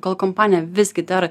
kol kompanija visgi dar